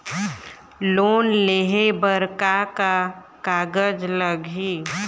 Loan लेहे बर का का कागज लगही?